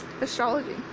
Astrology